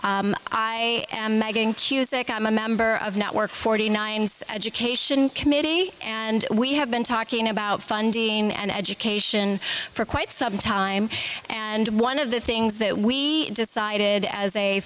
i am going to stick i'm a member of network forty ninth's education committee and we have been talking about funding and education for quite some time and one of the things that we decided as a